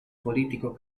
politico